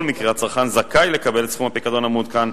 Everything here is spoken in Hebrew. מקרה הצרכן זכאי לקבל את סכום הפיקדון המעודכן,